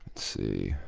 see.